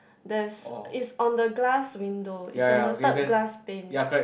there's is on the glass window is on the third glass pane